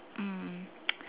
mm